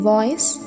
Voice